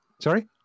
sorry